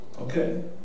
Okay